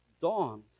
dawned